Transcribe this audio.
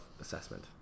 assessment